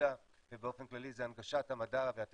הפירמידה ובאופן כללי זה הנגשת המידע והטכנולוגיות